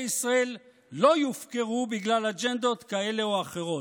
ישראל לא יופקרו בגלל אג'נדות כאלה או אחרות.